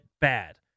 bad